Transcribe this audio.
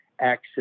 access